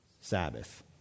Sabbath